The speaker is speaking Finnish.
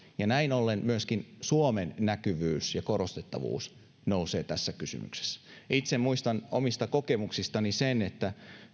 ja näin ollen myöskin suomen näkyvyys ja korostettavuus nousevat tässä kysymyksessä itse muistan omista kokemuksistani että